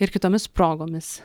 ir kitomis progomis